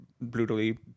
brutally